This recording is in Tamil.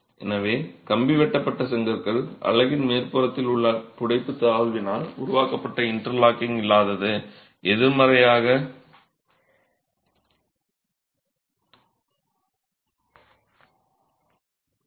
எனவே கம்பி வெட்டப்பட்ட செங்கற்கள் அலகின் மேற்புறத்தில் உள்ள புடைப்புத் தாழ்வினால் உருவாக்கப்பட்ட இன்டர்லாக்கிங் இல்லாதது எதிர்மறையாக உள்ளது